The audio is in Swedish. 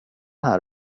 här